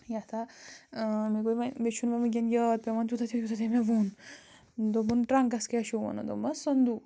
یَتھ ہَہ مےٚ گوے وۄنۍ مےٚ چھُنہٕ وۄنۍ وٕنۍکٮ۪ن یاد پٮ۪وان تیوٗتاہ تہِ یوٗتاہ تٔمۍ مےٚ ووٚن دوٚپُن ٹرٛنکَس کیٛاہ چھُو وَنان دوٚپمَس صندوٗق